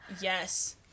Yes